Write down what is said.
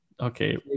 okay